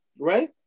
right